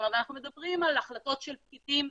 אנחנו מדברים על החלטות של פקידים,